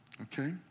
okay